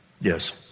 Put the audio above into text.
Yes